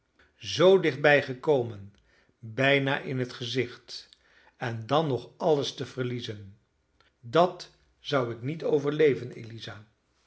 zoo dichtbij gekomen bijna in het gezicht en dan nog alles te verliezen dat zou ik niet overleven eliza